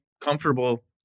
comfortable